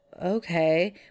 okay